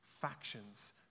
factions